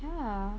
ya